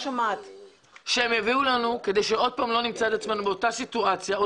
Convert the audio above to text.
כדי שלא נמצא את עצמנו באותה סיטואציה שוב,